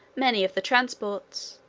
many of the transports